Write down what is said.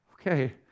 Okay